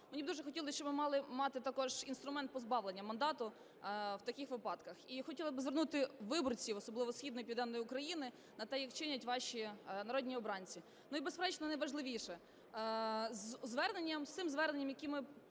Мені б дуже хотілося, щоб ми мали мати також інструмент позбавлення мандату в таких випадках. І хотіла би звернутися до виборців, особливо Східної, Південної України на те, як чинять ваші народні обранці. Ну, і, безперечно, найважливіше. Зверненням, цим зверненням, яким